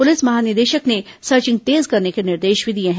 police महानिदेशक ने searching तेज करने के निर्देश भी दिए हैं